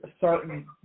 certain